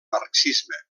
marxisme